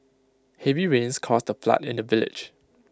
heavy rains caused A flood in the village